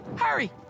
Hurry